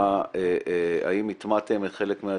האם הטמעתם חלק מהדברים,